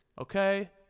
okay